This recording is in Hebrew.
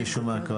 מנסות.